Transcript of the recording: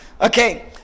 Okay